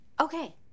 Okay